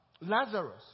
Lazarus